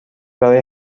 برای